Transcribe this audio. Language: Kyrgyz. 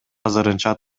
азырынча